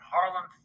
Harlem